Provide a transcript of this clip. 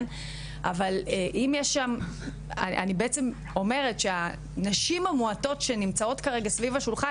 אני בעצם אומרת שהנשים המועטות שנמצאות כרגע סביב השולחן,